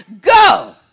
Go